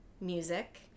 music